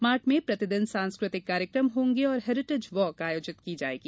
mart में प्रतिदिन सांस्कृतिक कार्यक्रम होंगे और हेरिटेज वॉक आयोजित की जायेगी